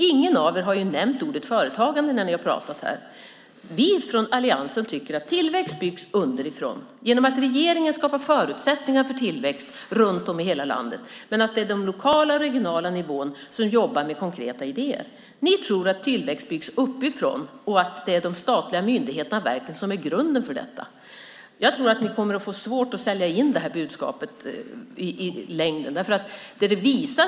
Ingen av er har nämnt ordet företagande när ni har pratat här. Vi från alliansen tycker att tillväxt byggs underifrån genom att regeringen skapar förutsättningar för tillväxt i hela landet. Men det är de lokala och regionala nivåerna som jobbar med konkreta idéer. Ni tror att tillväxt byggs uppifrån och att det är de statliga myndigheterna och verken som är grunden för detta. Jag tror att ni kommer att ha svårt att sälja in det budskapet i längden.